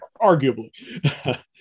Arguably